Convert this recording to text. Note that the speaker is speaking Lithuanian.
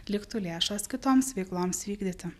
liktų lėšų kitoms veikloms vykdyti